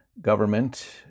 government